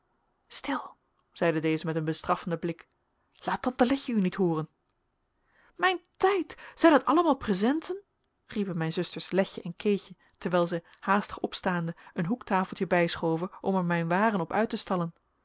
stil zeide deze met een bestraffenden blik laat tante letje u niet hooren mijn tijd zijn dat allemaal presenten riepen mijn zusters letje en keetje terwijl zij haastig opstaande een hoektafeltje bijschoven om er mijn waren op uit te stallen